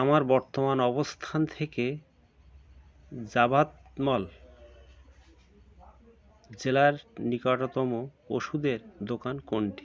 আমার বর্তমান অবস্থান থেকে জাবাতমল জেলার নিকটতম ওষুধের দোকান কোনটি